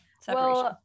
separation